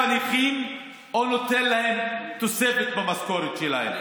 נותן להם תוספת במשכורת שלהם?